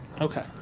Okay